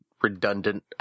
redundant